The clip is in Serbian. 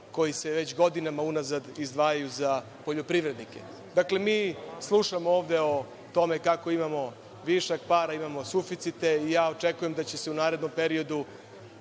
koji se već godinama unazad izdvajaju za poljoprivrednike. Dakle, mi slušamo ovde kako imamo para, imamo suficite i očekujem da će se u narednom periodu